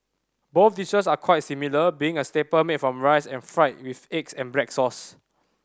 both dishes are quite similar being a staple made from rice and fried with eggs and black sauce